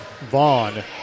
Vaughn